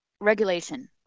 regulation